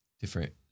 different